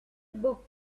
book